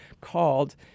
called